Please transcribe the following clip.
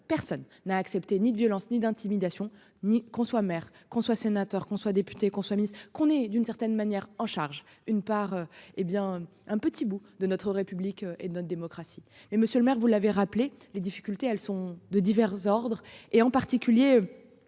personne n'a accepté, ni de violence ni d'intimidation, ni qu'on soit maire qu'on soit sénateur qu'on soit député conçoit Miss qu'on est d'une certaine manière en charge une part hé bien un petit bout de notre République et de notre démocratie et monsieur le maire vous l'avez rappelé, les difficultés elles sont de divers ordres et en particulier.